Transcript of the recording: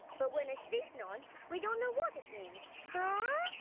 but when a sheep nods we don't know what it means. huh!